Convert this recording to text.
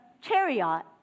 chariot